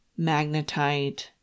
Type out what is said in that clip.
magnetite